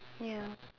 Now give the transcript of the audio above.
ya